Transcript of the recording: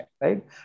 right